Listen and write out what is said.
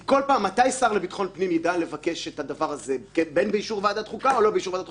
אז ללכת ליועץ ולומר לו זו המציאות, עברנו את ה-23